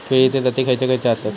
केळीचे जाती खयचे खयचे आसत?